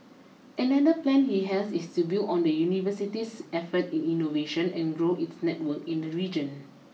another plan he has is to build on the University's efforts in innovation and grow its networks in the region